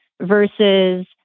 versus